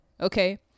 Okay